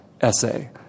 essay